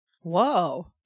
whoa